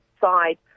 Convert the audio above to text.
side